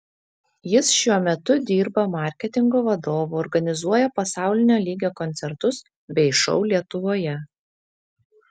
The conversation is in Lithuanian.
jis šiuo metu dirba marketingo vadovu organizuoja pasaulinio lygio koncertus bei šou lietuvoje